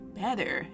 better